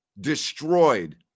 destroyed